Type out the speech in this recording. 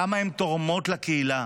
כמה הן תורמות לקהילה,